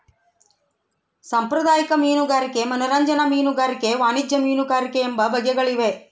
ಸಾಂಪ್ರದಾಯಿಕ ಮೀನುಗಾರಿಕೆ ಮನರಂಜನಾ ಮೀನುಗಾರಿಕೆ ವಾಣಿಜ್ಯ ಮೀನುಗಾರಿಕೆ ಎಂಬ ಬಗೆಗಳಿವೆ